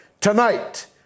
Tonight